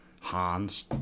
Hans